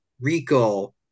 Rico